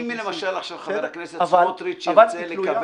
ואם ירצה עכשיו חבר הכנסת בצלאל סמוטריץ לקבל